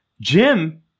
Jim